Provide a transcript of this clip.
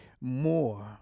more